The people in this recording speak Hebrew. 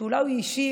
שאולי הוא אישי,